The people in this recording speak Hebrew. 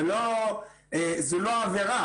זו לא עבירה.